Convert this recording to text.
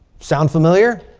sound familiar?